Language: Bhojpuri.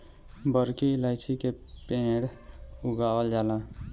बड़की इलायची के पेड़ उगावल जाला